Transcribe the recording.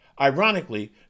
Ironically